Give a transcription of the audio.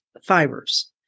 fibers